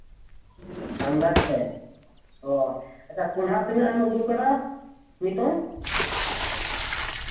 ᱟᱱᱫᱟᱡ ᱛᱮ ᱚ ᱟᱪᱪᱟ ᱠᱚᱸᱰᱷᱟ ᱛᱤᱱᱟᱹᱜ ᱮᱢ ᱟᱹᱜᱩᱣᱟᱠᱟᱫᱟ ᱱᱤᱛᱚᱝ